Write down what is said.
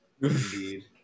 Indeed